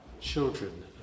children